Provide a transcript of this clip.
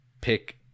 pick